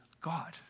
God